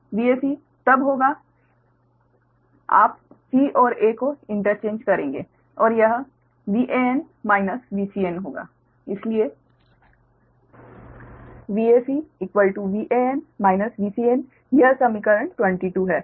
Vac तब होगा आप c और a को इंटरचेंज करेंगे और यह Van Vcn होगा इसलिए Vac Van Vcn यह समीकरण 22 है